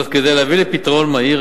זאת כדי להביא לפתרון מהיר,